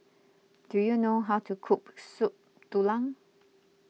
do you know how to cook Soup Tulang